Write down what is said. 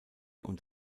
und